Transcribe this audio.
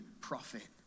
prophet